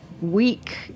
week